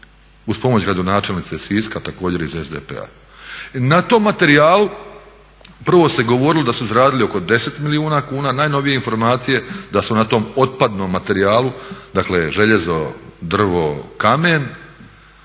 uz pomoć gradonačelnice Siska također iz SDP-a. Na tom materijalu prvo se govorilo da su zaradili oko 10 milijuna kuna. Najnovije informacije da su na tom otpadnom materijalu, dakle željezo, drvo, kamen,